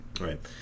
Right